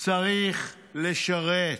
צריך לשרת,